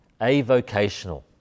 avocational